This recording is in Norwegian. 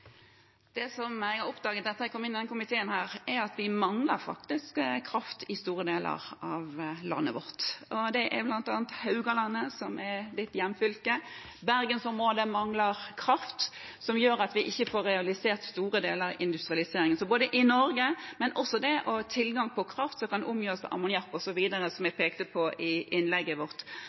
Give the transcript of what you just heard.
Det jeg har oppdaget etter at jeg kom inn i denne komiteen, er at vi faktisk mangler kraft i store deler av landet vårt. Det gjelder bl.a. Haugalandet – som er i mitt hjemfylke. Bergens-området mangler kraft, noe som gjør at vi ikke får realisert store deler av industrialiseringen – og også det å ha tilgang til kraft som kan omgjøres til ammoniakk osv., som jeg pekte på i innlegget